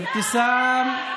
אבתיסאם.